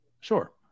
Sure